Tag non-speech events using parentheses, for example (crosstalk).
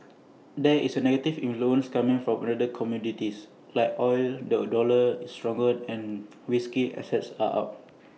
there is A negative influence coming from other commodities like oil the dollar is stronger and (noise) risky assets are up